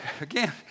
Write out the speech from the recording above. again